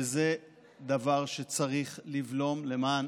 וזה דבר שצריך לבלום למען